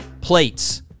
plates